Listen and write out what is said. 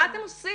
מה אתם עושים?